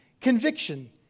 conviction